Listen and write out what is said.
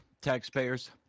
taxpayers